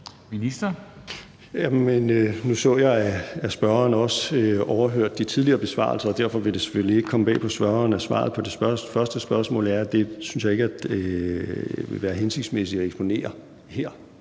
Hækkerup): Nu så jeg, at spørgeren også overhørte de tidligere besvarelser, og derfor vil det selvfølgelig ikke komme bag på spørgeren, at svaret på det første spørgsmål er, at det synes jeg ikke ville være hensigtsmæssigt at eksponere her.